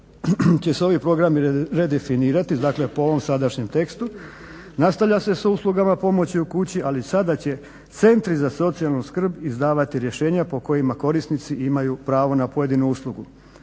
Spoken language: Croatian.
će se ovi programi redefinirati dakle po ovom sadašnjem tekstu, nastavlja se s uslugama pomoći u kući ali sada će centri za socijalnu skrb izdavati rješenja po kojima korisnici imaju pravo na pojedinu uslugu.